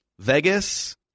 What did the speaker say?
Vegas